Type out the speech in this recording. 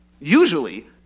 Usually